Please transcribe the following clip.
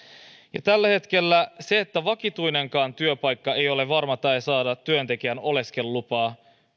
tällä hetkellä se että vakituinenkaan työpaikka ei ole varma tae saada työntekijän oleskelulupaa